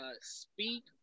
Speak